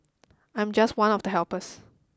I'm just one of the helpers